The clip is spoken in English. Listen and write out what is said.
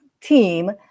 team